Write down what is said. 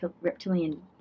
reptilian